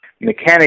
mechanic